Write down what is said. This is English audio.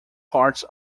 parts